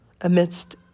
amidst